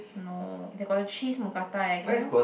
no they got the Cheese Mookata eh can you